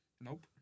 Nope